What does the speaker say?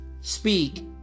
speak